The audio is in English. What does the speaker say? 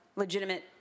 Legitimate